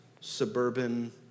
suburban